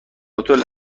هتل